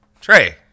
Trey